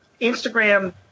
Instagram